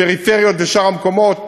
הפריפריות ושאר המקומות,